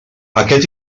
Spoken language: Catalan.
aquest